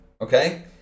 okay